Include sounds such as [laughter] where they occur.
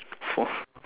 [noise]